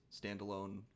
standalone